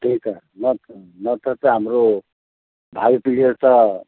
त्यही त नत्र त हाम्रो भावी पिँढीले त